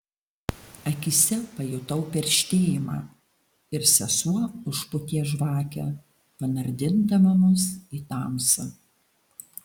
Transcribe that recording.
akyse pajutau perštėjimą ir sesuo užpūtė žvakę panardindama mus į tamsą